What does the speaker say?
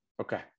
Okay